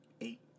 Eight